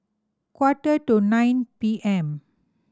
quarter to nine P M